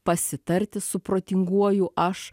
pasitarti su protinguoju aš